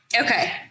Okay